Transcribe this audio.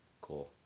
Cool